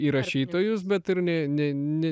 įrašytojus bet ir ne ne ne